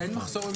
אני